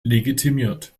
legitimiert